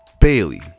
Bailey